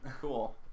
Cool